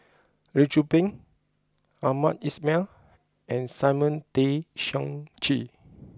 Lee Tzu Pheng Hamed Ismail and Simon Tay Seong Chee